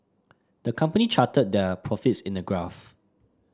the company charted their profits in a graph